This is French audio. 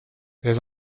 les